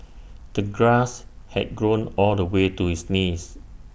the grass had grown all the way to his knees